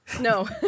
No